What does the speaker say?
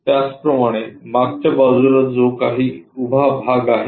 त्याचप्रमाणे मागच्या बाजूला जो काही उभा भाग आहे